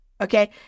Okay